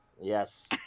yes